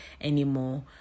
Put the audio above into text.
anymore